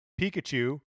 Pikachu